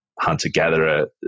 hunter-gatherer